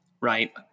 Right